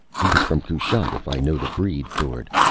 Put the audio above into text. he was from kushat, if i know the breed, thord!